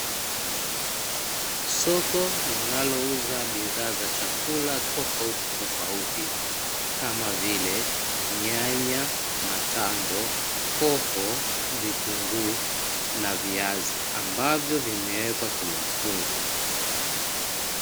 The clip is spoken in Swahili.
Soko linalouza bidhaa za chakula tofauti tofauti kama vile; nyanya, matango ,hoho, vitunguu na viazi ambavyo vimewekwa kimafungu.